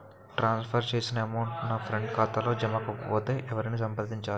ట్రాన్స్ for చేసిన amount నా friend ఖాతాలో జమ కాకపొతే ఎవరిని సంప్రదించాలి?